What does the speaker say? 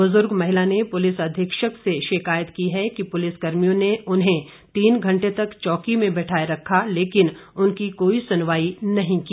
बुजुर्ग महिला ने पुलिस अधीक्षक से शिकायत की है कि पुलिस कर्मियों ने उन्हें तीन घंटे तक चौकी में बैठाए रखा लेकिन उनकी कोई सुनवाई नहीं की